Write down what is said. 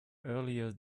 earlier